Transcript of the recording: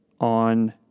on